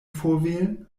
vorwählen